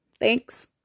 Thanks